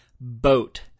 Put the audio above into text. boat